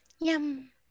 Yum